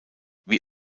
wie